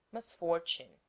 misfortune